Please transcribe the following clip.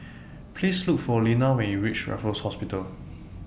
Please Look For Linna when YOU REACH Raffles Hospital